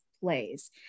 plays